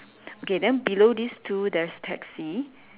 okay then below this two there's taxi